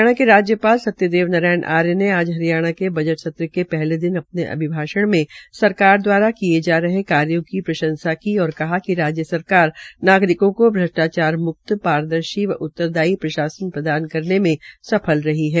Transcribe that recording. हरियाणा के राज्यपाल सत्यदेव नारायण आर्य ने आज हरियाणा के बजट सत्र के पहले दिन अपने अभिभाषण में सरकार द्वारा किये जा रहे कार्यो की प्रंशसा की और कहा कि राज्य सरकार नागरिकों के भ्रष्टाचार म्क्त पारदर्शी व उत्तरदायी प्रशासन प्रदान करने में सफल रही है